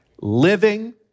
living